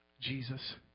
Jesus